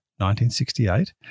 1968